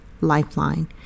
Lifeline